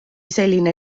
selline